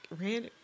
random